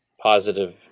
positive